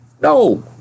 no